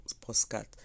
postcard